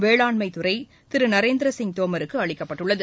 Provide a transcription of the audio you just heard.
வேளாண்மை துறை திரு நரேந்திரசிங் தோமருக்கு அளிக்கப்பட்டுள்ளது